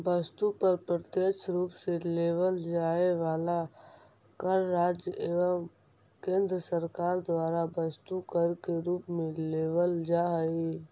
वस्तु पर अप्रत्यक्ष रूप से लेवल जाए वाला कर राज्य एवं केंद्र सरकार द्वारा वस्तु कर के रूप में लेवल जा हई